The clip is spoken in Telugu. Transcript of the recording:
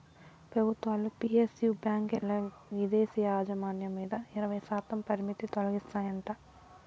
పెబుత్వాలు పి.ఎస్.యు బాంకీల్ల ఇదేశీ యాజమాన్యం మీద ఇరవైశాతం పరిమితి తొలగిస్తాయంట